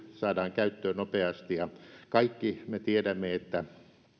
saadaan käyttöön nopeasti ja kaikki me tiedämme että